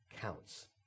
counts